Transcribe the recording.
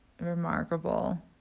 remarkable